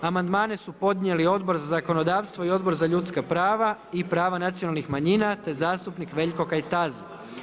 Amandmane su podnijeli Odbor za zakonodavstvo i Odbor za ljudska prava i prava nacionalnih manjina te zastupnik Veljko Kajtazi.